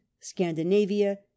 scandinavia